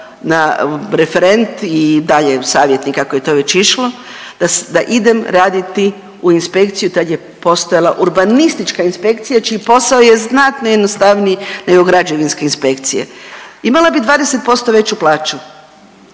na, referent i dalje savjetnik, kako je to već išlo, da idem raditi u inspekciju, tad je postojala urbanistička inspekcija čiji posao je znatno jednostavniji nego građevinske inspekcije. Imala bih 20% veći plaću.